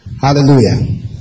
Hallelujah